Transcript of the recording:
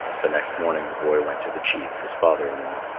the next morning the boy went to the chief, his father-in-law,